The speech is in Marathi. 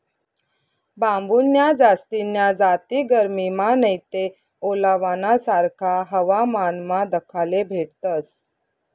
बांबून्या जास्तीन्या जाती गरमीमा नैते ओलावाना सारखा हवामानमा दखाले भेटतस